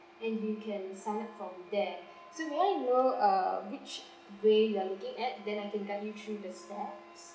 and you can sign up from there so may I know uh which way you're looking at then I can guide you through the steps